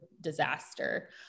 disaster